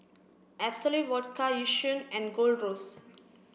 Absolut Vodka Yishion and Gold Roast